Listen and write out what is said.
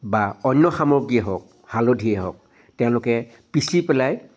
বা অন্য সামগ্ৰীয়েই হওক হালধিয়েই হওক তেওঁলোকে পিচি পেলাই